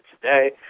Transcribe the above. today